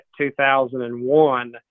2001